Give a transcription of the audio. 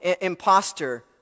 imposter